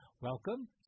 welcome